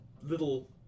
little